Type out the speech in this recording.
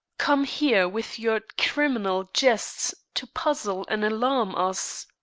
come here with your criminal jests to puzzle and alarm us?